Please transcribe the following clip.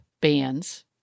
bands